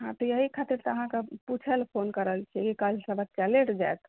ह तऽ एहि खातिर तऽ अहाँके पूछै लए फोन कऽ रहल छियै जे काल्हि सऽ बच्चा लेट जायत